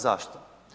Zašto?